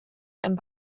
and